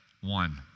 one